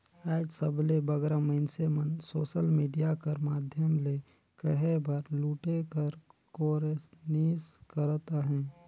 आएज सबले बगरा मइनसे मन सोसल मिडिया कर माध्यम ले कहे बर लूटे कर कोरनिस करत अहें